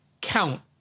count